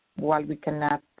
while we cannot